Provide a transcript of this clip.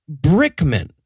Brickman